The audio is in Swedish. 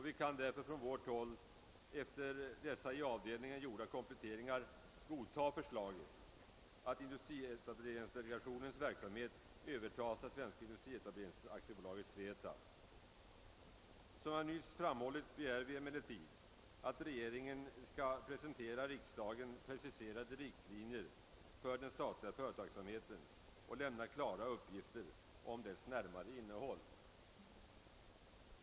Vi kan därför från vårt håll efter dessa i avdelningen gjorda kompletteringar godta förslaget att Som jag nyss framhållit begär vi att regeringen skall presentera riksdagen preciserade riktlinjer för den statliga företagsamheten och lämna klara uppgifter om dess närmare innehåll.